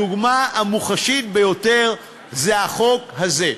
הדוגמה המוחשית ביותר היא החוק הזה,